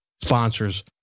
sponsors